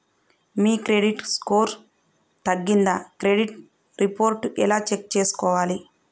మీ credit score తగ్గిందా credit report ఎలా check చేసుకోవాలి?